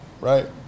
right